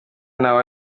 inshuro